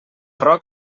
roc